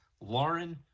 Lauren